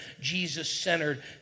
Jesus-centered